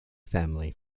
family